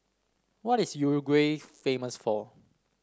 what is Uruguay famous for